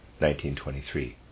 1923